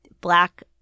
Black